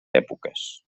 èpoques